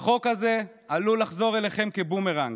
החוק הזה עלול לחזור אליכם כבומרנג.